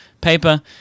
paper